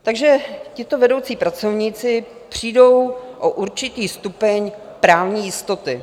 Takže tito vedoucí pracovníci přijdou o určitý stupeň právní jistoty.